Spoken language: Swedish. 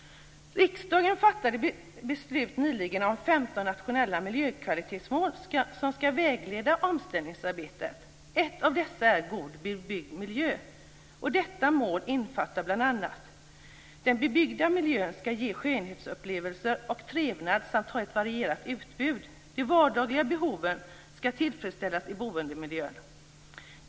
Riksdagen fattade nyligen beslut om 15 nationella miljökvalitetsmål som skall vägleda omställningsarbetet. Ett av dessa är god bebyggd miljö. Detta mål innebär bl.a. - Den bebyggda miljön skall ge skönhetsupplevelser och trevnad samt ha ett varierat utbud. De vardagliga behoven skall tillfredsställas i boendemiljön.